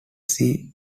see